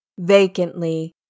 vacantly